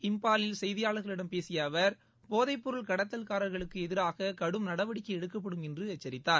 இம்ப்பாலில் செய்தியாளர்களிடம் பேசிய அவர் போதைப்பொருள் கடத்தல்காரர்களுக்கு எதிராக கடும் நடவடிக்கை எடுக்கப்படும் என்று எச்சரித்தார்